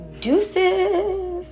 Deuces